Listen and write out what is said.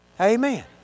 Amen